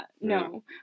No